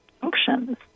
functions